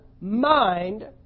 mind